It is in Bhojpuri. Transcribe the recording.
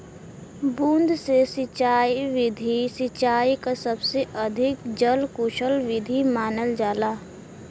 बूंद से सिंचाई विधि सिंचाई क सबसे अधिक जल कुसल विधि मानल जाला